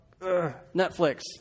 Netflix